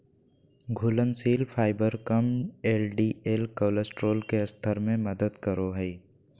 घुलनशील फाइबर कम LDL cholesterol के स्तर में मदद करो हइ